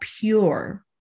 pure